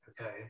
Okay